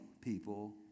people